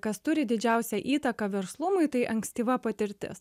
kas turi didžiausią įtaką verslumui tai ankstyva patirtis